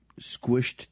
squished